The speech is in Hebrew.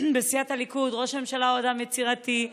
בסיעת הליכוד: ראש הממשלה הוא אדם יצירתי,